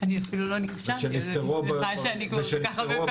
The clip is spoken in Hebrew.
אבל נאמר פה נכון שבאמת אנחנו נהיה עם גז אפילו אחרי ה-30 שנה הבאות.